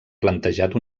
plantejat